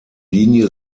linie